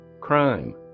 crime